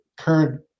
current